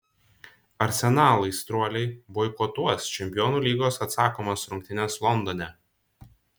arsenal aistruoliai boikotuos čempionų lygos atsakomas rungtynes londone